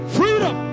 freedom